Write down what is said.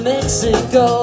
Mexico